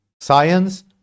Science